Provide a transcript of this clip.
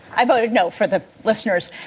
i voted, no, for the listeners.